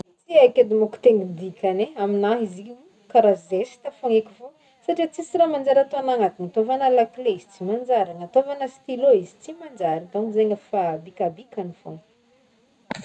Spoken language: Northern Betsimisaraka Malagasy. Tsy haiko edy mô ko tegna dikany e, aminahy izy io karaha zesta fô ny haiko fô satria tsisy raha manjary atao any agnatiny, ataovana lakle izy tsy manjary, agnataovana stylo izy tsy manjary, donc zaigny efa bikabikany foagna.